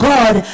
God